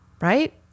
Right